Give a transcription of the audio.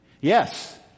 Yes